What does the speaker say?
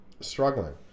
struggling